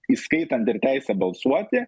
įskaitant ir teisę balsuoti